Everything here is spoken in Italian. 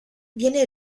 viene